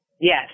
Yes